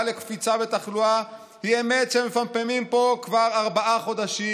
לקפיצה בתחלואה היא אמת שמפמפמים פה כבר ארבעה חודשים.